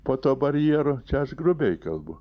po tuo barjeru čia aš grubiai kalbu